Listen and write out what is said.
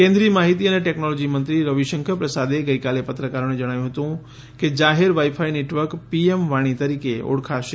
કેન્દ્રીય માહિતી અને ટેકનોલોજી મંત્રી રવિશંકર પ્રસાદે ગઈકાલે પત્રકારોને જણાવ્યું હતું કે જાહેર વાઈ ફાઈ નેટવર્ક પીએમ વાણી તરીકે ઓળખાશે